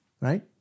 right